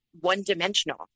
one-dimensional